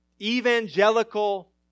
evangelical